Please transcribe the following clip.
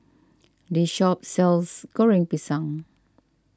this shop sells Goreng Pisang